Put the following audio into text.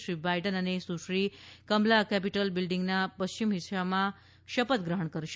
Shri Biden અને Sushri Kamala Capitol બીલ્ડીંગના પશ્ચિમ હિસ્સામાં શપથગ્રહણ કરશે